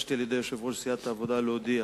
נתבקשתי על-ידי יושב-ראש סיעת העבודה להודיע